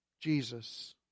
Jesus